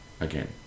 again